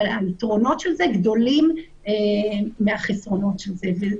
אבל היתרונות של זה גדולים מהחסרונות של זה.